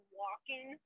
walking